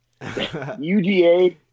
UGA